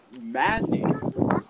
maddening